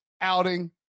outing